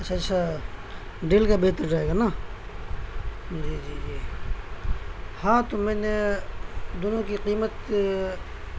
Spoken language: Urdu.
اچھا اچھا ڈیل کا بہتر رہے گا نا جی جی جی ہاں تو میں نے دونوں کی قیمت